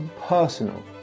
personal